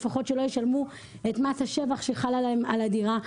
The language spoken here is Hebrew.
לפחות שלא ישלמו את מס השבח שחל עליהם על הדירה.